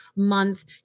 month